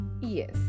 Yes